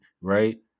right